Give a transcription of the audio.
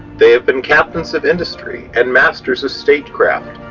they have been captains of industry and masters of statecraft,